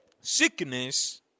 sickness